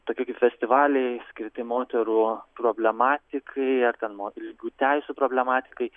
tokie kaip festivaliai skirti moterų problematikai ar ten moterų teisių problematikai